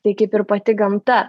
tai kaip ir pati gamta